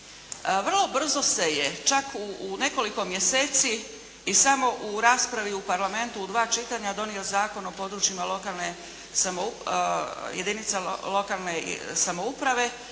Vrlo brzo se je, čak u nekoliko mjeseci i samo u raspravi u Parlamentu u dva čitanju donio Zakon o područjima jedinica lokalne samouprave,